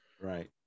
right